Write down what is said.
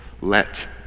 let